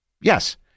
Yes